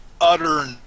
utter